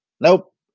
Nope